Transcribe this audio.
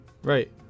right